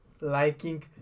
liking